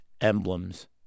emblems